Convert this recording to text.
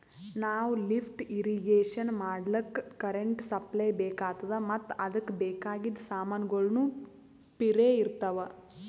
ನಾವ್ lift irrigation ಮಾಡ್ಲಕ್ಕ್ current supply ಬೆಕಾತದ್ ಮತ್ತ್ ಅದಕ್ಕ್ ಬೇಕಾಗಿದ್ ಸಮಾನ್ಗೊಳ್ನು ಪಿರೆ ಇರ್ತವ್